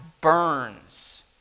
burns